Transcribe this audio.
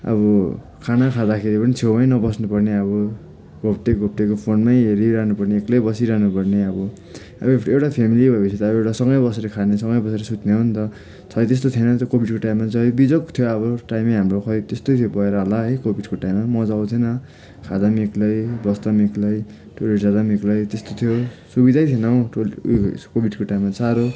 अब खाना खाँदाखेरि पनि छेउमै नबस्नुपर्ने अब घोप्टे घोप्टिएको फोनमै हेरिरहनु पर्ने एक्लै बसिरहनुपर्ने अब एउटा फ्यामिली भएपछि त अब एउटा सँगै बसेर खाने सँगै बसेर सुत्ने हो नि त अनि त्यस्तो थिएन नि त कोविडको टाइममा चाहिँ अनि बिजोग थियो अब टाइमै हाम्रो खै त्यस्तो भएर होला है कोविडको टाइममा मजा आउँथिएन खाँदा पनि एक्लै बस्दा पनि एक्लै टोयलेट जाँदा पनि एक्लै त्यस्तो थियो सुविधै थिएन हौ उयो कोविडको टाइममा चाहिँ साह्रो